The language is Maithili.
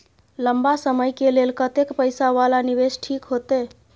लंबा समय के लेल कतेक पैसा वाला निवेश ठीक होते?